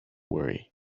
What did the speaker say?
worry